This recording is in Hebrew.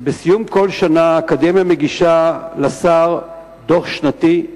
כשבסיום כל שנה האקדמיה מגישה לשר דוח שנתי.